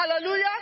hallelujah